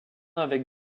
avec